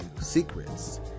secrets